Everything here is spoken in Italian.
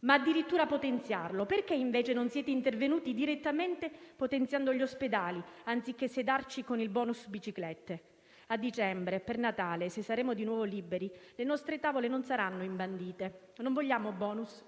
ma addirittura potenziarlo? Perché invece non siete intervenuti direttamente potenziando gli ospedali anziché sedarci con il *bonus* biciclette? A dicembre, per Natale, se saremo di nuovo liberi, le nostre tavole non saranno imbandite. Non vogliamo *bonus*,